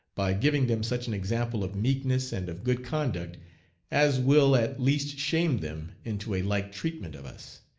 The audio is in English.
by giving them such an example of meekness and of good conduct as will at least shame them into a like treatment of us.